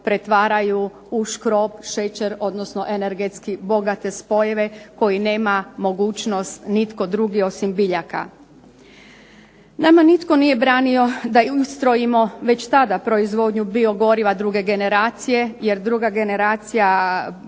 pretvaraju u škrob, šećer, odnosno energetski bogate spojeve koji nema mogućnost nitko drugi osim biljaka. Nama nitko nije branio da ustrojimo već tada proizvodnju biogoriva druge generacije jer druga generacija